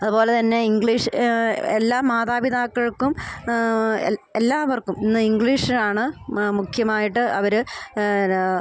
അത്പോലെ തന്നെ ഇംഗ്ലീഷ് എല്ലാ മാതാപിതാക്കൾക്കും എല്ലാവർക്കും ഇന്ന് ഇംഗ്ലീഷാണ് മുഖ്യമായിട്ട് അവർ